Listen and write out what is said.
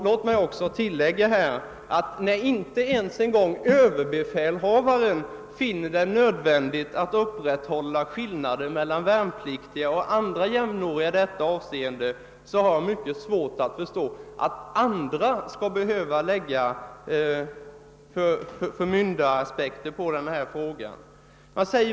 Låt oss också tillägga att när inte ens ÖB finner det nödvändigt att upprätthålla skillnaden mellan värnpliktiga och andra jämnåriga i dessa avseenden har jag mycket svårt att förstå att andra skall behöva lägga förmyndaraspekter på frågan.